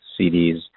CDs